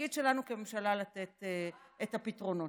התפקיד שלנו כממשלה הוא לתת את הפתרונות.